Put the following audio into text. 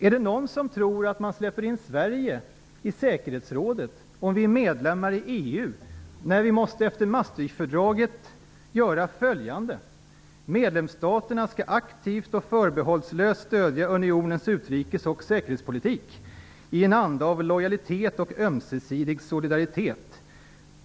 Är det någon som tror att man släpper in Sverige i säkerhetsrådet om vi är medlemmar i EU när vi efter Maastrichtfördraget måste göra följande: Medlemsstaterna skall aktivt och förbehållslöst stödja unionens utrikes och säkerhetspolitik i en anda av lojalitet och ömsesidig solidaritet.